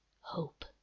Hope